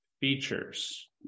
features